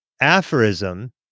aphorism